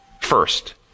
first